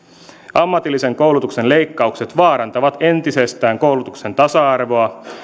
ammatillisen koulutuksen leikkaukset vaarantavat entisestään koulutuksen tasa arvoa